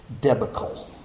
debacle